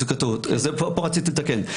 פה רציתי לתקן,